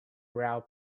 round